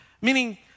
Meaning